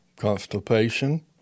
Constipation